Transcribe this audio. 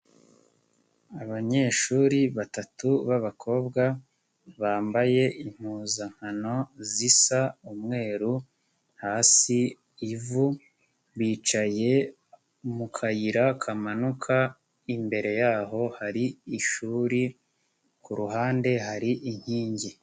Abanyeshuri batatu b'abakobwa bambaye impuzankano zisa umweru hasi ivu bicaye mu kayira kamanuka imbere yaho hari ishuri ku ruhande hari inkingi.